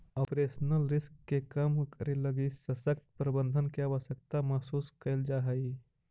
operational risk के कम करे लगी सशक्त प्रबंधन के आवश्यकता महसूस कैल जा हई